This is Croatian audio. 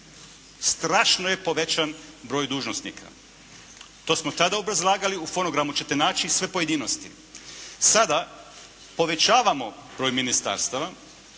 strašno je povećan broj dužnosnika. To smo tada obrazlagali, u fonogramu ćete naći sve pojedinosti. Sada povećavamo broj ministarstava.